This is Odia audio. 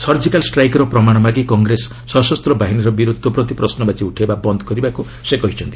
ସର୍ଜିକାଲ୍ ଷ୍ଟ୍ରାଇକ୍ ର ପ୍ରମାଣ ମାଗି କଂଗ୍ରେସ ସଶସ୍ତ ବାହିନୀର ବୀରତ୍ୱ ପ୍ରତି ପ୍ରଶ୍ନବାଚୀ ଉଠାଇବା ବନ୍ଦ୍ କରିବାକୁ ସେ କହିଛନ୍ତି